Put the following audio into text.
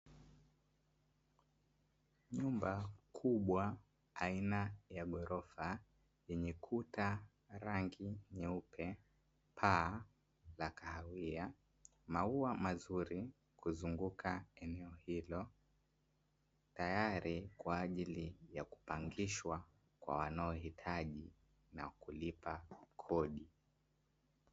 Jengo kubwa aina ya ghorofa yenye kuta rangi nyeupe paa la kahawia maua mazuri kuzunguka eneo hilo, tayari kwa ajili ya kupangishwa kwa wanaohitaji na kulipa kodi.